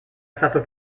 stato